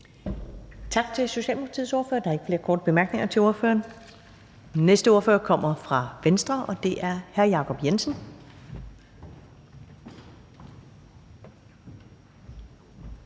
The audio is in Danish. Tak til den socialdemokratiske ordfører. Der er ikke flere korte bemærkninger til ordføreren. Den næste ordfører kommer fra Venstre, og det er fru Jane